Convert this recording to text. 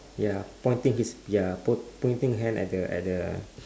ya pointing with their po~ pointing hand at the at the